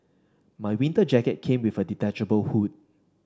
my winter jacket came with a detachable hood